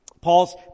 Paul's